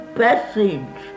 passage